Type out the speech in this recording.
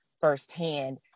firsthand